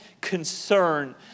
concern